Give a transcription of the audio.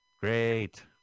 great